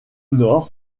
nord